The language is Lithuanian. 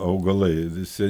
augalai visi